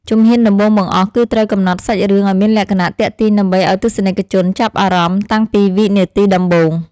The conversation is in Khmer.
ជំហានដំបូងបង្អស់គឺត្រូវកំណត់សាច់រឿងឱ្យមានលក្ខណៈទាក់ទាញដើម្បីឱ្យទស្សនិកជនចាប់អារម្មណ៍តាំងពីវិនាទីដំបូង។